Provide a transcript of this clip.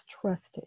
trusted